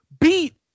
beat